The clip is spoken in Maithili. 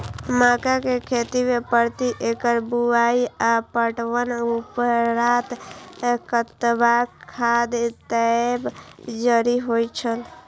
मक्का के खेती में प्रति एकड़ बुआई आ पटवनक उपरांत कतबाक खाद देयब जरुरी होय छल?